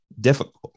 difficult